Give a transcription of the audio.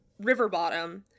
Riverbottom